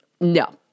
no